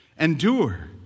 Endure